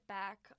back